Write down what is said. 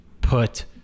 put